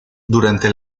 durante